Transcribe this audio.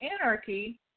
anarchy